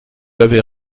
avez